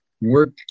work